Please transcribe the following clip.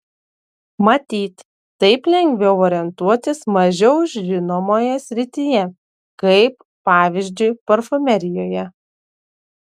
matyt taip lengviau orientuotis mažiau žinomoje srityje kaip pavyzdžiui parfumerijoje